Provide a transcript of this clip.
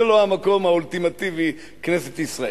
זה לא המקום האולטימטיבי, כנסת ישראל.